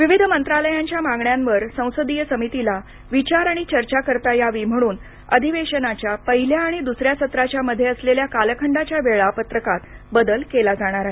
विविध मंत्रालयांच्या मागण्यांवर संसदीय समितीला विचार आणि चर्चा करता यावी म्हणून अधिवेशनाचं पहिल्या आणि द्सऱ्या सत्राच्या मध्ये असलेल्या कालखंडाच्या वेळा पत्रकात बदल केला जाणार आहे